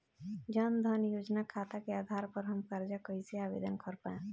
जन धन योजना खाता के आधार पर हम कर्जा कईसे आवेदन कर पाएम?